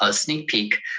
ah sneak peek.